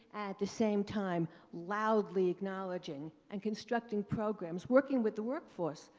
the same time loudly acknowledging and constructing programs, working with the workforce.